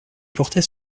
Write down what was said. portait